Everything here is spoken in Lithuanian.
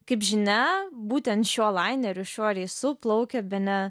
kaip žinia būtent šiuo laineriu šiuo reisu plaukė bene